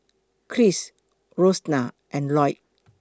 Krish Rosena and Lloyd